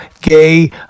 gay